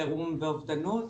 חירום ואובדנות.